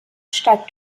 steigt